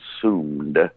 consumed